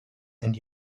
and